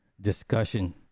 discussion